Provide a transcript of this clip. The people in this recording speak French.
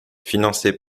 financées